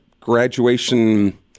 graduation